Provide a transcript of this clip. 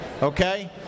Okay